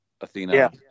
Athena